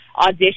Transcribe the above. Audition